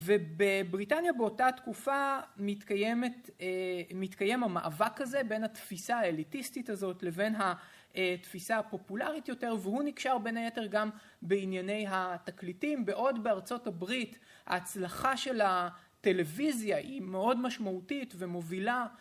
ובבריטניה באותה תקופה, מתקיימת א... מתקיים המאבק הזה בין התפיסה האליטיסטית הזאת, לבין התפיסה הפופולרית יותר, והוא נקשר בין היתר גם בענייני התקליטים. בעוד בארצות הברית ההצלחה של הטלוויזיה היא מאוד משמעותית ומובילה